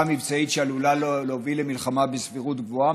מבצעית שעלולה להוביל למלחמה בסבירות גבוהה,